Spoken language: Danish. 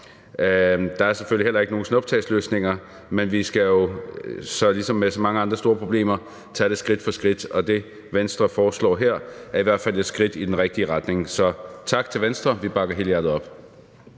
Der er selvfølgelig heller ikke nogen snuptagsløsninger, men vi skal jo ligesom med så mange andre store problemer tage det skridt for skridt. Og det, Venstre foreslår her, er i hvert fald et skridt i den rigtige retning. Så tak til Venstre. Vi bakker helhjertet op